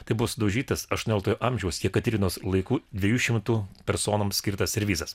tai bus daužytas aštuonioliktojo amžiaus jekaterinos laikų dviejų šimtų personoms skirtas servizas